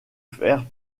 faire